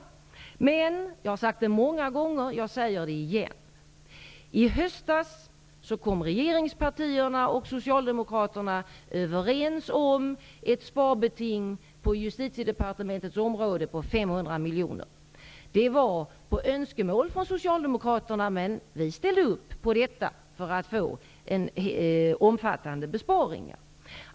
Jag vill dock ännu en gång påpeka något som jag har påpekat många gånger tidigare: I höstas kom regeringspartierna och Socialdemokraterna överens om ett sparbeting på Detta var ett önskemål från Socialdemokraterna, men vi ställde upp för att få till stånd en omfattande besparing.